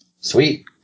sweet